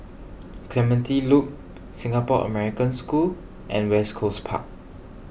Clementi Loop Singapore American School and West Coast Park